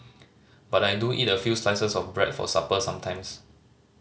but I do eat a few slices of bread for supper sometimes